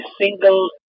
single